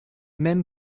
même